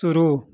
शुरू